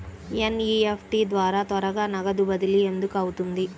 NEFT ద్వారా త్వరగా నగదు బదిలీ ఎందుకు అవుతుంది?